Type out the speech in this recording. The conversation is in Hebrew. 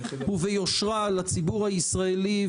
וכפי שאמרנו לאורך כל הדיון,